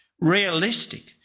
realistic